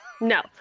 No